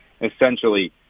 essentially